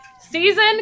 season